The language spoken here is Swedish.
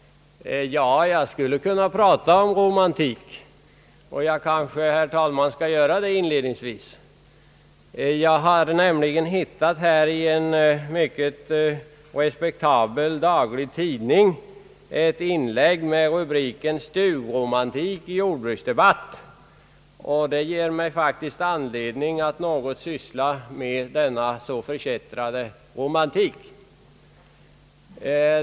Jag skulle kunna prata om romantik, och jag kanske, herr talman, skall göra det inledningsvis. Jag har nämligen i en mycket respektabel daglig tidning hittat ett inlägg med rubriken »Stugromantik i jordbruksdebatt», och det ger mig faktiskt anledning att syssla något med denna förkättrade romantik.